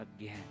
again